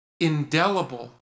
indelible